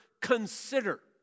consider